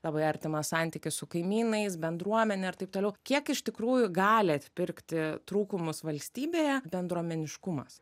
labai artimas santykis su kaimynais bendruomene ir taip toliau kiek iš tikrųjų gali atpirkti trūkumus valstybėje bendruomeniškumas